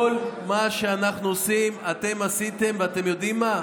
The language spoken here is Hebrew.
כל מה שאנחנו עושים אתם עשיתם, ואתם יודעים מה?